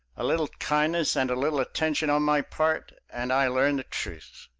a little kindness and a little attention on my part, and i learned the truth.